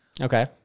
Okay